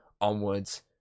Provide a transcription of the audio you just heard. onwards